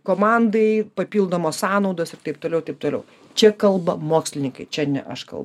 komandai papildomos sąnaudos ir taip toliau taip toliau čia kalba mokslininkai čia ne aš kalbu